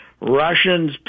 Russians